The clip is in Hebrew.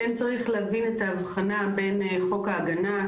כן צריך להבין את הבחנה בין חוק ההגנה,